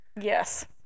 Yes